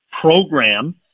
program